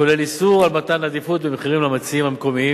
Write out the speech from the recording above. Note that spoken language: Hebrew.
כולל איסור על מתן עדיפות במחירים למציעים מקומיים,